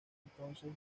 entonces